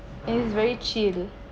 and is very chill